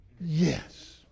Yes